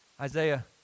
Isaiah